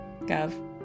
Gov